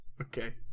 Okay